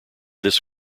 this